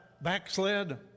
backslid